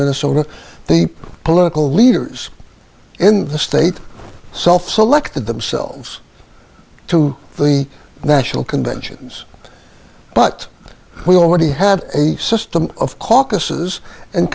minnesota the political leaders in the state self selected themselves to the national conventions but we already had a system of